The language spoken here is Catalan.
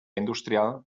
industrial